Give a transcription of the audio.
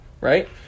Right